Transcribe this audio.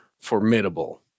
formidable